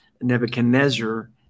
nebuchadnezzar